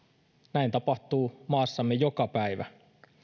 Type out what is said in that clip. näin tapahtuu maassamme joka päivä